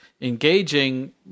engaging